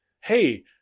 hey